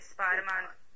Spider-Man